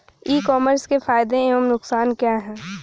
ई commerce के फायदे एवं नुकसान क्या हैं?